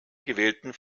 gewählten